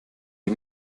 ich